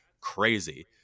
crazy